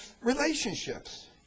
relationships